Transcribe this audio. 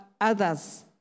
others